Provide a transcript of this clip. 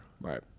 right